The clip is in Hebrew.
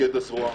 מפקד הזרוע,